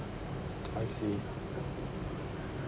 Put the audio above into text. I see